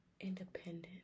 independent